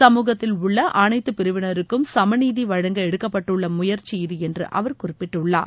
சமூகத்தில் உள்ள அனைத்து பிரிவினருக்கும் சமநீதி வழங்க எடுக்கப்பட்டுள்ள முயற்சி இது என்று அவர் குறிப்பிட்டுள்ளார்